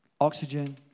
oxygen